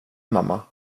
mamma